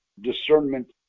discernment